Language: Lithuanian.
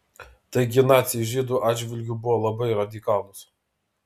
taigi naciai žydų atžvilgiu buvo labai radikalūs